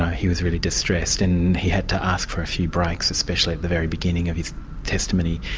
he was really distressed, and he had to ask for a few breaks, especially at the very beginning of his testimony.